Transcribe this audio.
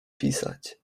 pisać